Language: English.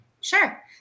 sure